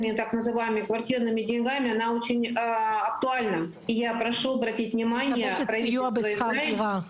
(מתרגמת מהשפה הרוסית): היא מבקשת סיוע בשכר דירה.